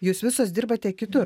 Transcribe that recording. jūs visos dirbate kitur